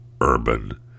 urban